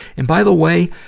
and, by the way,